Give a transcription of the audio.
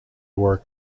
work